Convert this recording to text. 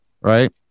Right